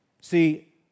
See